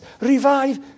Revive